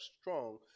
strong